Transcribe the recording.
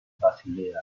basilea